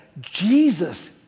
Jesus